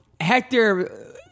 Hector